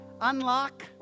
unlock